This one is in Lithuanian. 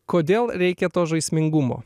kodėl reikia to žaismingumo